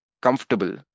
comfortable